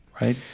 right